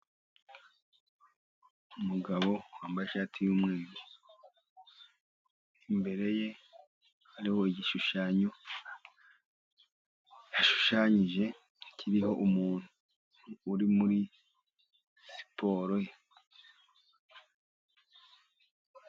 Umugabo wambaye ishati y'umweru, imbere ye hariho igishushanyo gishushanyije kiriho umuntu uri muri siporo.